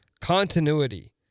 continuity